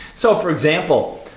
so for example,